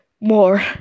more